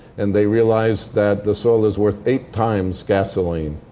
and they realize that the soil is worth eight times gasoline.